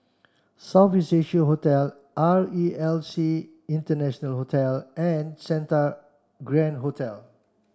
South East Asia Hotel R E L C International Hotel and Santa Grand Hotel